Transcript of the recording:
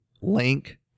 link